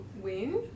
win